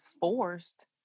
forced